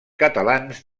catalans